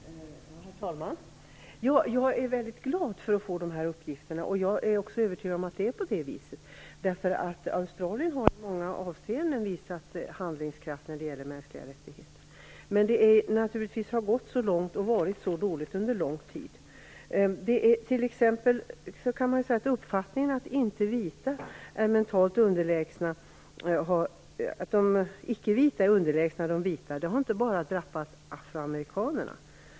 Herr talman! Jag är väldigt glad för dessa uppgifter. Jag är också övertygad om att det är så som utrikesministern säger. Australien har i många avseenden visat handlingskraft när det gäller mänskliga rättigheter. Men det här har naturligtvis pågått så länge och det har varit så dåligt under lång tid. Uppfattningen att de icke-vita är mentalt underlägsna de vita har inte bara drabbat afroamerikanerna.